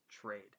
trade